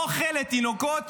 אוכל לתינוקות,